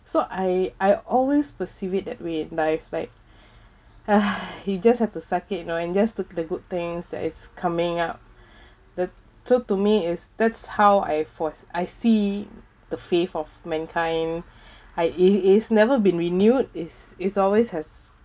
so I I always perceive it that way like if like you just have to suck it you know and just took the good things that is coming up the so to me is that's how I forse~ I see the faith of mankind I is is never been renewed is is always has